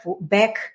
back